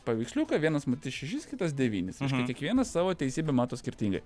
paveiksliuką vienas matys šešis kitas devynis kiekvienas savo teisybę mato skirtingai